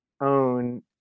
own